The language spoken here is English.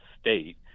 state